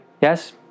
Yes